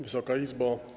Wysoka Izbo!